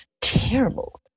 Terrible